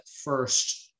first